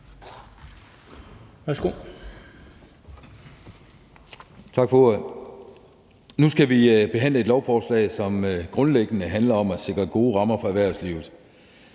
Nu skal vi behandle et lovforslag, som grundlæggende handler om at sikre gode rammer for erhvervslivet.